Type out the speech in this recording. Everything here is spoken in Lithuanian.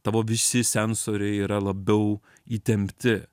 tavo visi sensoriai yra labiau įtempti